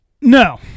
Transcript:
no